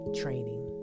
training